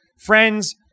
friends